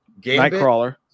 Nightcrawler